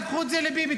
קחו את זה לביבי,